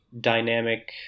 dynamic